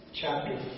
chapter